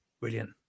brilliant